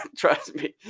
trust me,